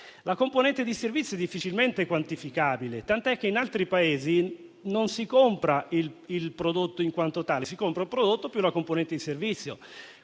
La componente di servizio è difficilmente quantificabile, tant'è che in altri Paesi non si compra il prodotto in quanto tale, ma il prodotto più la componente di servizi;